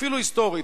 אפילו היסטורית,